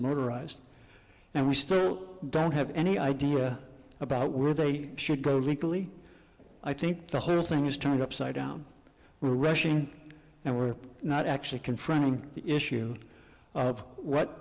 motorized and we still don't have any idea about where they should go legally i think the whole thing is turned upside down we're rushing and we're not actually confronting the issue of what